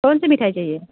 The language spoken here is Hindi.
कौन सी मिठाई चाहिए